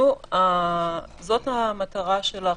זו המטרה של החוק.